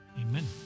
amen